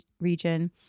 region